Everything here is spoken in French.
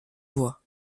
voies